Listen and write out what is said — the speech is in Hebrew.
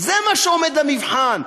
זה מה שעומד למבחן.